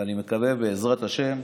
ואני מקווה, בעזרת השם,